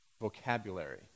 vocabulary